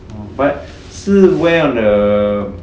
but 是 wear on the